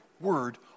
Word